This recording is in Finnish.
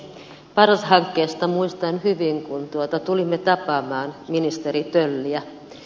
paras hankkeesta muistan hyvin kun tulimme tapaamaan ministeri tölliä